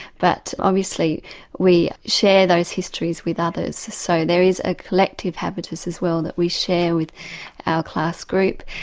but obviously we share those histories with others, so there is a collective habitus as well that we share with our class group,